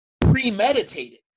premeditated